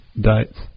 dates